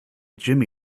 jimmy